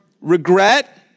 regret